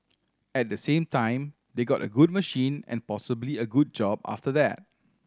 at the same time they got a good machine and possibly a good job after that